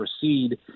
proceed